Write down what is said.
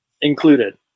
included